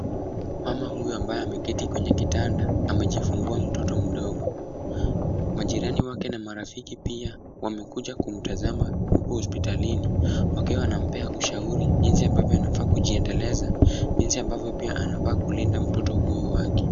Mama huyu ambaye ameketi kwenye kitanda, amejifungua mtoto mdogo. Majirani wake na marafiki pia wamekuja kumtazama huku hospitalini, wakiwa wanampa ushauri jinsi ambavyo anafaa kujiendeleza, jinsi ambavyo pia anafaa kulinda mtoto huyu wake.